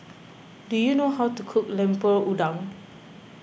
do you know how to cook Lemper Udang